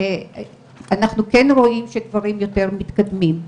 ואנחנו כן רואים שדברים יותר מתקדמים.